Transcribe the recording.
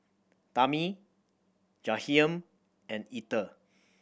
Tami Jahiem and Ether